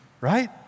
right